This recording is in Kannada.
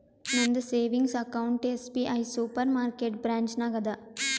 ನಂದ savings account SBI supermarket branch ನಾಗ್ ಅದಾ